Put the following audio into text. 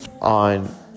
On